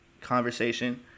conversation